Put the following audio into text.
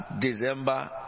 December